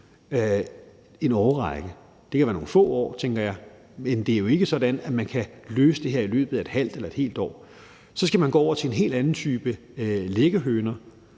en årrække. Det kan være nogle få år, tænker jeg, men det er jo ikke sådan, at man kan løse det her i løbet af et halvt eller et helt år. Så skal man gå over til en helt anden type læggehøner,